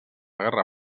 guerra